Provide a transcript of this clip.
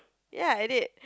ya I did